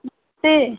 namaste